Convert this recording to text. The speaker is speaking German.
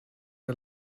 der